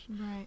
Right